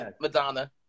Madonna